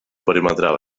perimetral